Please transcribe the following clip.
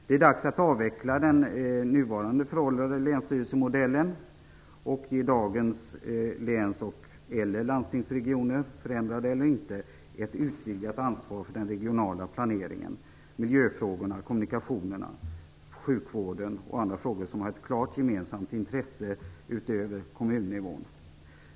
Det är dags att avveckla den nuvarande föråldrade länsstyrelsemodellen och ge dagens läns och/eller landstingsregioner, förändrade eller inte, ett utvidgat ansvar för den regionala planeringen, miljöfrågorna, kommunikationerna, sjukvården och andra frågor med ett klart gemensamt intresse över kommunnivån.